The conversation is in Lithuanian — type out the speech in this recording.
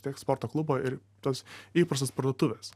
tiek sporto klubo ir tas įprastos parduotuvės